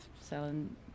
selling